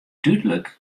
dúdlik